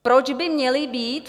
Proč by měli být...